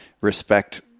respect